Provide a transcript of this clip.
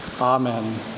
amen